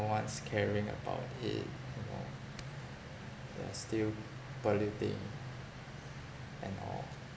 no one's caring about it anymore we are still polluting and all